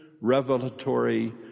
revelatory